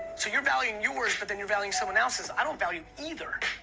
so you're valuing yours but then you're valuing someone else's, i don't value either.